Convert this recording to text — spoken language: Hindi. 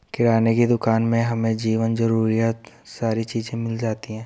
किराने की दुकान में हमें जीवन जरूरियात सारी चीज़े मिल जाती है